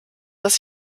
dass